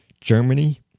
Germany